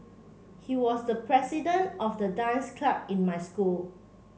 he was the president of the dance club in my school